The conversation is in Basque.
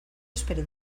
espero